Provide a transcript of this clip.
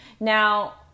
Now